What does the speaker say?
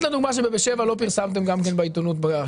שגם "בשבע" לא פרסמתם בקורונה.